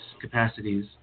capacities